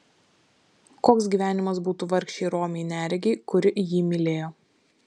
koks gyvenimas būtų vargšei romiai neregei kuri jį mylėjo